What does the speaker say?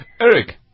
Eric